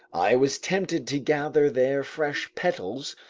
i was tempted to gather their fresh petals,